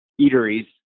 eateries